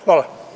Hvala.